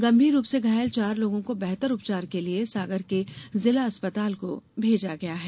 गंभीर रूप से घायल चार लोगों को बेहतर उपचार के लिये सागर के जिला अस्पताल को भेजा गया है